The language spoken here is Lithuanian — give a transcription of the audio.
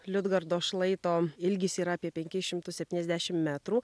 liudgardos šlaito ilgis yra apie penkis šimtus septyniasdešimt metrų